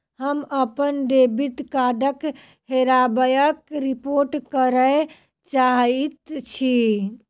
हम अप्पन डेबिट कार्डक हेराबयक रिपोर्ट करय चाहइत छि